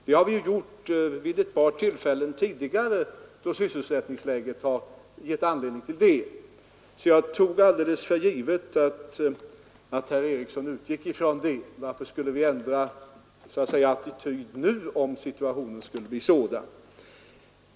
Det har vi gjort vid ett par tillfällen tidigare, då sysselsättningsläget har givit anledning till det. Jag tog för givet att herr Eriksson utgick från det. Varför skulle vi ändra attityd nu, om situationen skulle bli sådan?